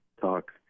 talk